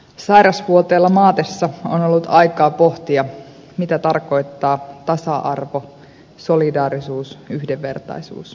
sairasvuoteella maatessa on ollut aikaa pohtia mitä tarkoittaa tasa arvo solidaarisuus yhdenvertaisuus